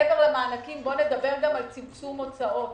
מעבר למענקים בואו נדבר גם על צמצום הוצאות